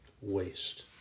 waste